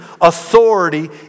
authority